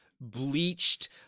bleached